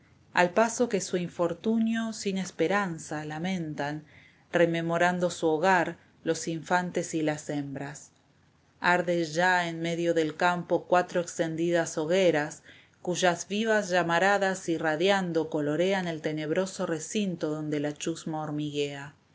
al paso que su infortunio sin esperanza lamentan rememorando su hogar los infantes y las hembras arden ya en medio del campo cuatro extendidas hogueras cuyas vivas llamaradas irradiando colorean el tenebroso recinto donde la chusma hormiguea